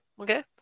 Okay